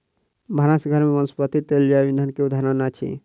भानस घर में वनस्पति तेल जैव ईंधन के उदाहरण अछि